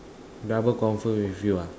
double confirm with you ah